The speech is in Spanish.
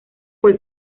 fue